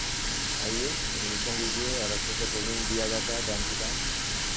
आईए एडमिशन लीजिए और अच्छे से ट्रेनिंग दिया जाता है टाइम टू टाइम